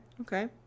Okay